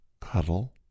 cuddle